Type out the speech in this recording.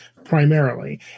primarily